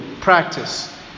practice